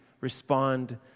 respond